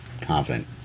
confident